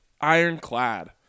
ironclad